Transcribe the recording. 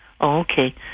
Okay